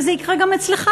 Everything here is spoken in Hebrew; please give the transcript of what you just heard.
וזה יקרה גם אצלך,